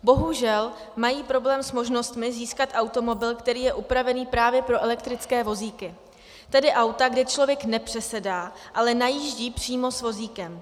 Bohužel mají problém s možnostmi získat automobil, který je upravený právě pro elektrické vozíky, tedy auta, kde člověk nepřesedá, ale najíždí přímo s vozíkem.